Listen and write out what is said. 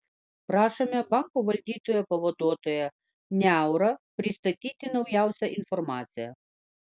prašome banko valdytojo pavaduotoją niaurą pristatyti naujausią informaciją